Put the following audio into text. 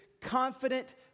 confident